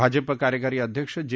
भाजपा कार्यकारी अध्यक्ष जे